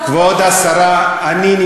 ואם הוא לא שם, למה הוא לא שם.